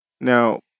now